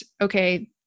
okay